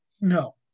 No